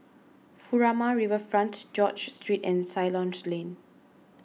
Furama Riverfront George Street and Ceylon Lane